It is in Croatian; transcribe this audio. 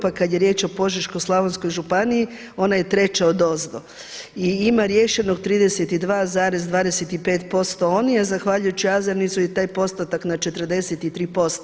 Pa kada je riječ o Požeško-slavonskoj županiji ona je treća odozdo i ima riješeno 32,25% oni, a zahvaljujući AZONIZ-u je taj postotak na 43%